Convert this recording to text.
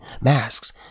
masks